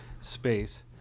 space